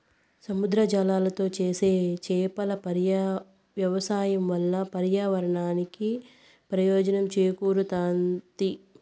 సముద్ర జలాలతో చేసే చేపల వ్యవసాయం వల్ల పర్యావరణానికి ప్రయోజనం చేకూరుతాది